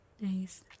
Nice